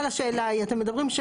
אבל השאלה היא אתם מדברים,